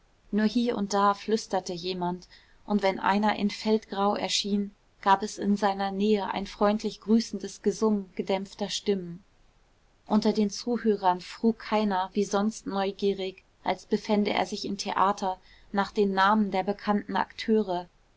nur hie und da flüsterte jemand und wenn einer in feldgrau erschien gab es in seiner nähe ein freundlich grüßendes gesumme gedämpfter stimmen unter den zuhörern frug keiner wie sonst neugierig als befände er sich im theater nach den namen der bekannten akteure